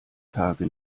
tage